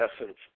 essence